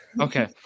Okay